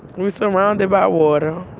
we surrounded by water.